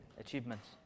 Achievements